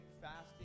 fasting